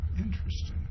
Interesting